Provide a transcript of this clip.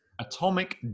Atomic